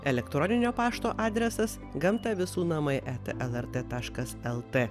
elektroninio pašto adresas gamta visų namai eta lrt taškas lt